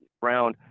Brown